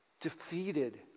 defeated